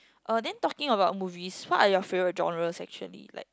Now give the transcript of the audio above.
uh then talking about movies what are your favourite genres actually like